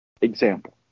example